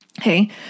Okay